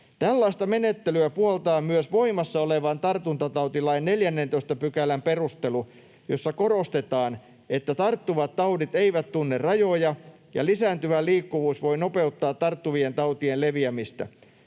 Tällaista menettelyä puoltaa myös voimassa olevan tartuntatautilain 14 §:n perustelu, jossa korostetaan, että tarttuvat taudit eivät tunne rajoja ja lisääntyvä liikkuvuus voi nopeuttaa tarttuvien tautien leviämistä.